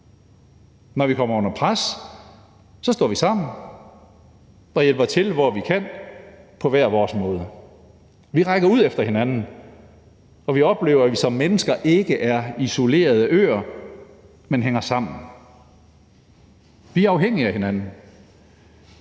Når vi kommer under pres, står vi sammen og hjælper til, hvor vi kan, på hver vores måde. Vi rækker ud efter hinanden, og vi oplever, at vi som mennesker ikke er isolerede øer, men hænger sammen. Vi er afhængige af hinanden.